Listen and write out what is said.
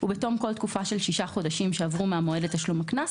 ובתום כל תקופה של שישה חודשים שעברו מהמועד לתשלום הקנס,